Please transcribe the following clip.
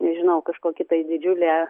nežinau kažkokį tai didžiulę